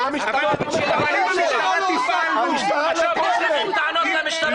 אבל המשטרה לא ------ עכשיו יש לכם טענות למשטרה?